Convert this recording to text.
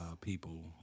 people